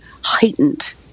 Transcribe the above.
heightened